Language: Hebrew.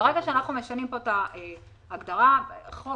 ברגע שאנחנו משנים את ההגדרה החוק